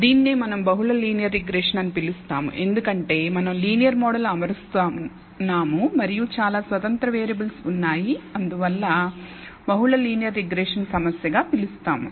దీనినే మనం బహుళ లీనియర్ రిగ్రెషన్ అని పిలుస్తాము ఎందుకంటే మనం లీనియర్ మోడల్ అమరస్తున్నాము మరియు చాలా స్వతంత్ర వేరియబుల్ ఉన్నాయి అందువల్ల బహుళ లీనియర్ రిగ్రెషన్ సమస్య గా పిలుస్తాము